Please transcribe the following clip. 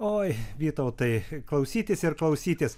oi vytautai klausytis ir klausytis